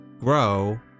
grow